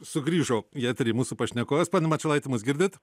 sugrįžo į eterį mūsų pašnekovas pone mačiulaiti mus girdit